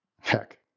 Heck